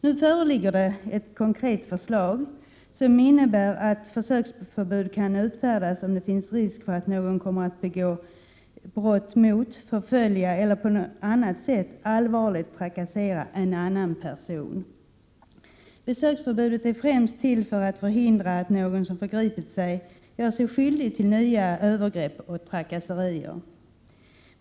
Nu föreligger ett konkret förslag, som innebär att besöksförbud kan utfärdas om det finns risk för att någon kommer att begå brott mot, förfölja eller på annat sätt allvarligt trakassera en annan person. Besöksförbudet är främst till för att förhindra att någon som förgripit sig gör sig skyldig till nya övergrepp och trakasserier.